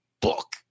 book